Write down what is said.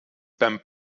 beim